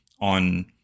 on